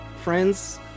friends